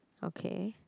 okay